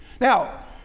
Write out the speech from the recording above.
Now